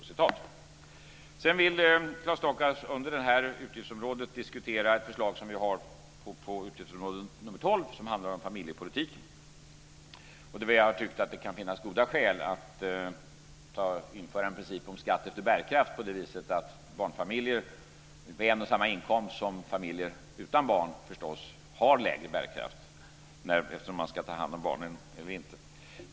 Claes Stockhaus vill under detta utgiftsområde diskutera ett förslag som vi har på utgiftsområde nr 12, som handlar om familjepolitiken. Där har vi tyckt att det kan finnas goda skäl att införa en princip om skatt efter bärkraft. Barnfamiljer med en och samma inkomst som familjer utan barn har förstås lägre bärkraft, beroende på om man ska ta hand om barn eller inte.